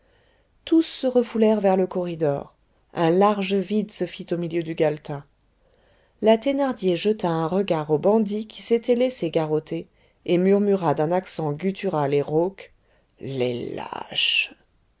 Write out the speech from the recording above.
tous se refoulèrent vers le corridor un large vide se fit au milieu du galetas la thénardier jeta un regard aux bandits qui s'étaient laissé garrotter et murmura d'un accent guttural et rauque les lâches